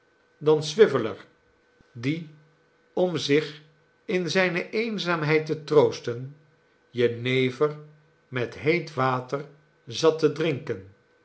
dan swiveller die om zich in zijne eenzaamheid te troosten jenever met heet water zat te drinken